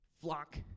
flock